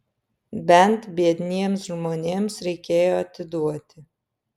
bent biedniems žmonėms reikėjo atiduoti